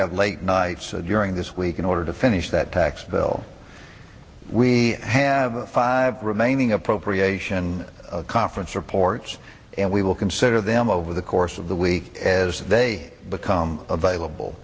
have late nights during this week in order to finish that tax bill we have five remaining appropriation conference reports and we will consider them over the course of the week as they become available